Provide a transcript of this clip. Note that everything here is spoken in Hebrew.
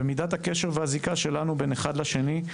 ומידת הקשר והזיקה שלנו בין אחד לשני,